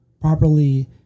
properly